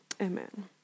amen